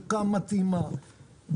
תודה רבה.